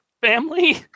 family